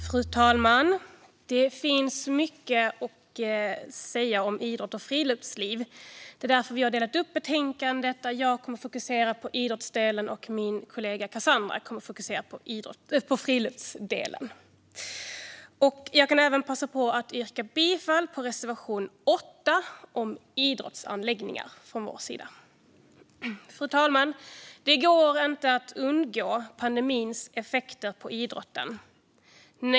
Fru talman! Det finns mycket att säga om idrott och friluftsliv. Det är därför vi har delat upp debatten om betänkandet, där jag kommer att fokusera på idrottsdelen och min kollega Cassandra Sundin på friluftsdelen. Jag vill även passa på att yrka bifall till reservation 8 om idrottsanläggningar. Fru talman! Det går inte att förbigå pandemins effekter på idrotten.